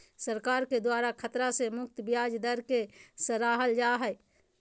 सरकार के द्वारा खतरा से मुक्त ब्याज दर के सराहल जा हइ